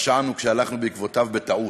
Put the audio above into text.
פשענו כשהלכנו בעקבותיו בטעות.